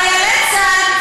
חיילי צה"ל,